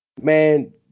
Man